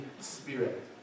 Spirit